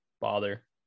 bother